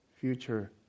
future